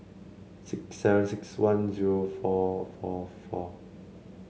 six seven six one zero four four four